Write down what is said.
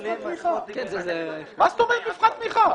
מה זאת אומרת מבחן תמיכה?